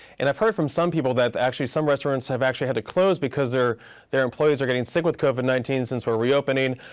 and i've heard from some people that actually some restaurants have actually had to close because their their employees are getting sick with covid nineteen since we're re opening.